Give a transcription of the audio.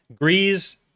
Grease